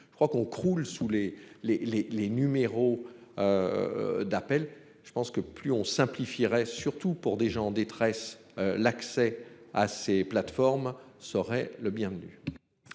je crois qu'on croule sous les les les les numéros. D'appel je pense que plus on simplifierait surtout pour des gens en détresse. L'accès à ses plateformes serait le bienvenu.